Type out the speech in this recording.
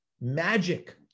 magic